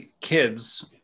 kids